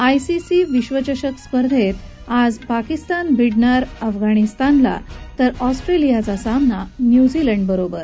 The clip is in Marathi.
आयसीसी विश्वचषक स्पर्धेत आज पाकिस्तान भिडणार अफगाणिस्तानला तर ऑस्ट्रेलियाचा सामना न्यूझीलंडबरोबर